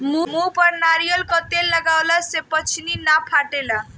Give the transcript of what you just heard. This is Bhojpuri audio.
मुहे पर नारियल कअ तेल लगवला से पछ्नी नाइ फाटेला